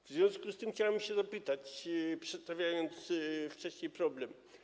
W związku z tym chciałbym się o to zapytać, przedstawiając wcześniej problem.